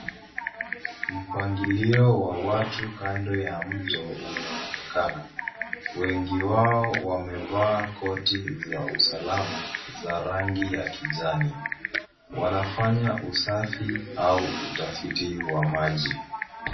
Mpangilio wa watu kando ya mto unaonekana, wengi wao wamevaa koti za usalama za rangi ya kijani. Wanafanya usafi au utafiti wa maji.